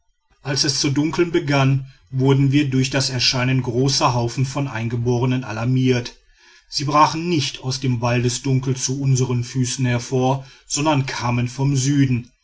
als es zu dunkeln begann wurden wir durch das erscheinen großer haufen von eingeborenen alarmiert sie brachen nicht aus dem waldesdunkel zu unsern füßen hervor sondern kamen von süden